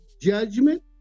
judgment